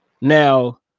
Now